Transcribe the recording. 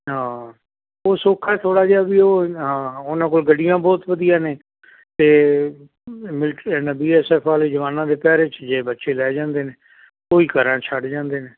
ਹਾਂ ਉਹ ਸੌਖਾ ਥੋੜ੍ਹਾ ਜਿਹਾ ਵੀ ਉਹ ਹਾਂ ਉਹਨਾਂ ਕੋਲ ਗੱਡੀਆਂ ਬਹੁਤ ਵਧੀਆ ਨੇ ਅਤੇ ਮਿਲਟ ਇਨ੍ਹਾਂ ਬੀ ਐਸ ਐਫ ਵਾਲੇ ਜਵਾਨਾਂ ਦੇ ਪਹਿਰੇ 'ਚ ਜੇ ਬੱਚੇ ਲੈ ਜਾਂਦੇ ਨੇ ਉਹ ਹੀ ਘਰਾਂ 'ਚ ਛੱਡ ਜਾਂਦੇ ਨੇ